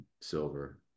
silver